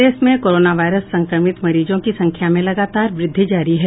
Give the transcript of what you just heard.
प्रदेश में corona virus संक्रमित मरीजों की संख्या में लगातार वृद्धि जारी है